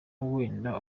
wenda